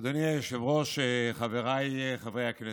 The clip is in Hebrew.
אדוני היושב-ראש, חבריי חברי הכנסת,